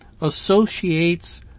associates